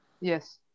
yes